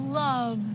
love